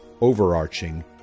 overarching